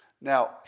Now